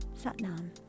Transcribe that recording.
Satnam